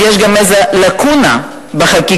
שיש גם איזו לקונה בחקיקה,